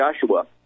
Joshua